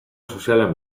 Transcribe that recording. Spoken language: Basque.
sozialen